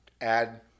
add